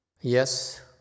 Yes